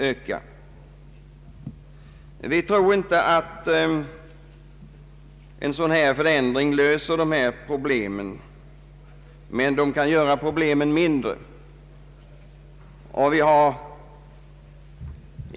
Jag tror inte att motionens förslag, om det går igenom, kommer att kunna helt lösa dessa problem, men säkerligen blir de mindre.